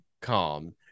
calm